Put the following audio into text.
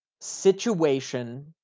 situation